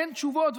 אין תשובות,